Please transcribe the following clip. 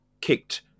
kicked